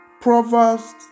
Proverbs